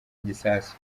igisasu